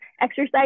Exercise